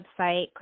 website